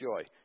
joy